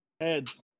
Heads